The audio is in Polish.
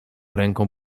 ręką